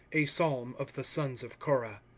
a psalm of the sons of korah.